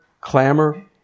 clamor